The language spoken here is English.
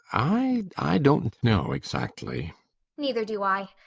i i don't know exactly neither do i.